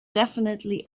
definitely